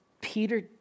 Peter